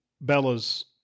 Bella's